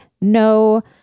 no